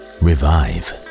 revive